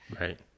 Right